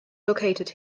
located